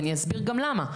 ואני אסביר גם למה.